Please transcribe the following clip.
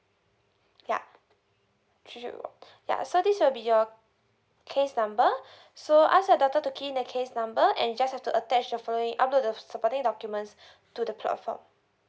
yeah three one yeah so this will be your case number so ask your daughter to key in the case number and you just have to attach the following upload the supporting documents to the platform